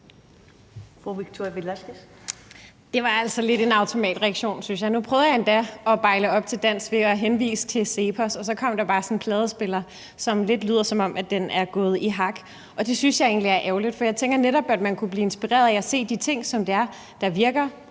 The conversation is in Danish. Det var altså en automatreaktion, synes jeg. Nu prøvede jeg endda at byde op til dans ved at henvise til CEPOS, og så kom der bare sådan en pladespiller, der lyder lidt, som om den er gået i hak. Og det synes jeg egentlig er ærgerligt, for jeg tænker netop, at man kunne blive inspireret af at se de ting, der virker,